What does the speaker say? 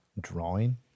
drawing